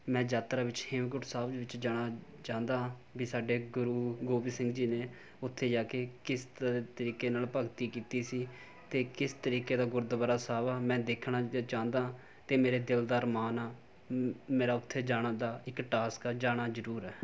ਮੈਂ ਯਾਤਰਾ ਵਿੱਚ ਹੇਮਕੁੰਟ ਸਾਹਿਬ ਦੇ ਵਿੱਚ ਜਾਣਾ ਚਾਹੁੰਦਾ ਹਾਂ ਵੀ ਸਾਡੇ ਗੁਰੂ ਗੋਬਿੰਦ ਸਿੰਘ ਜੀ ਨੇ ਉੱਥੇ ਜਾ ਕੇ ਕਿਸ ਤ ਤਰੀਕੇ ਨਾਲ ਭਗਤੀ ਕੀਤੀ ਸੀ ਅਤੇ ਕਿਸ ਤਰੀਕੇ ਦਾ ਗੁਰਦੁਆਰਾ ਸਾਹਿਬ ਆ ਮੈਂ ਦੇਖਣਾ ਜ ਚਾਹੁੰਦਾ ਅਤੇ ਮੇਰੇ ਦਿਲ ਦਾ ਅਰਮਾਨ ਆ ਮ ਮੇਰਾ ਉੱਥੇ ਜਾਣ ਦਾ ਇੱਕ ਟਾਸਕ ਆ ਜਾਣਾ ਜ਼ਰੂਰ ਆ